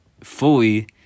fully